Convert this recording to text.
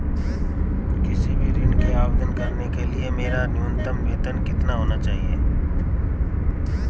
किसी भी ऋण के आवेदन करने के लिए मेरा न्यूनतम वेतन कितना होना चाहिए?